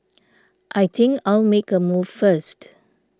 I think I'll make a move first